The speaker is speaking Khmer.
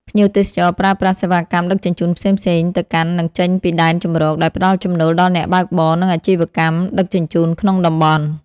ភ្ញៀវទេសចរប្រើប្រាស់ សេវាកម្មដឹកជញ្ជូនផ្សេងៗទៅកាន់ និងចេញពីដែនជម្រក ដែលផ្តល់ចំណូលដល់អ្នកបើកបរ និងអាជីវកម្មដឹកជញ្ជូនក្នុងតំបន់។